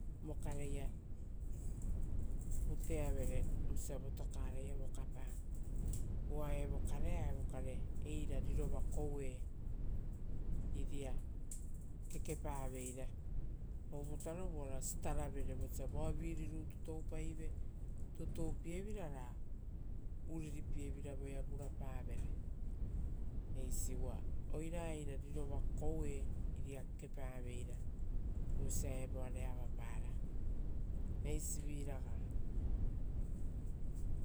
Vokareia putuavere vosia votokaraia vokapa. Uva evo karea evoea eira rirova koue iria kekepaveira. Ovutarovu ora sitaravere vosia voaviri rutu toupaivere tutupievira ra uriripievira voea vurapa vere eisi, uva oira eira rirova koue iria kekepaveira vosia evoare avapara.